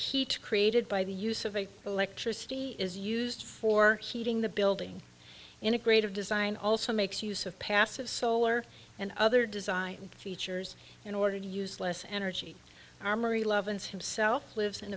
heat created by the use of a electricity is used for heating the building integrated design also makes use of passive solar and other design features in order to use less energy armory leavens himself lives in